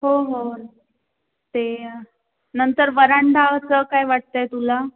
हो हो ते नंतर वरांढाचं काय वाटत आहे तुला